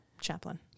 chaplain